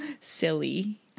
Silly